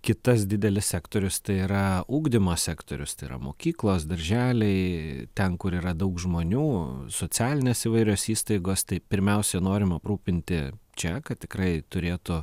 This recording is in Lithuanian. kitas didelis sektorius tai yra ugdymo sektorius tai yra mokyklos darželiai ten kur yra daug žmonių socialinės įvairios įstaigos tai pirmiausia norim aprūpinti čia kad tikrai turėtų